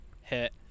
hit